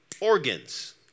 organs